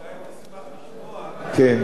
ודאי היא תשמח לשמוע שבשנתיים